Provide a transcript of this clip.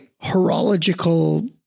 horological